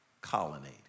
Colonnade